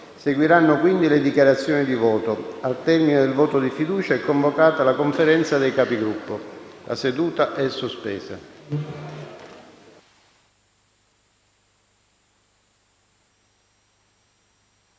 Seguiranno quindi le dichiarazioni di voto. Al termine del voto di fiducia è convocata la Conferenza dei Capigruppo. Sospendo